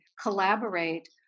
collaborate